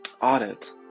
audit